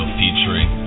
featuring